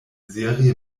serie